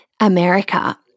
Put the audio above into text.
America